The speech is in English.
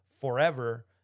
forever